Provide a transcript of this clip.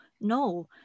no